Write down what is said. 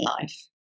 life